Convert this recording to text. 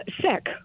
sick